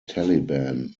taliban